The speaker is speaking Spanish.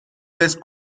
vez